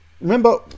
remember